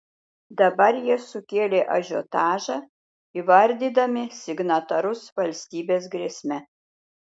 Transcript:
dabar jie sukėlė ažiotažą įvardydami signatarus valstybės grėsme